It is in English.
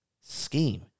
scheme